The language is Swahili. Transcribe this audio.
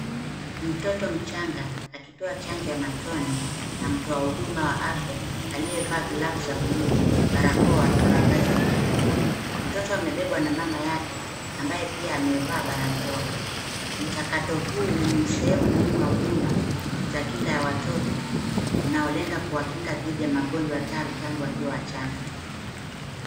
Mtoto mchanga akipewa chanjo ya matone na mtu wa huduma wa afya aliyevaa glavu za buluu, barakoa na mavazi ya kinga. Mtoto amebebwa na mamake yake ambaye pia amevaa barakoa. Mchakato huu ni sehemu muhimu wa huduma, za kinga ya watoto unaolenga kuwakinga dhidi ya magonjwa hatari tangu wakiwa wachanga.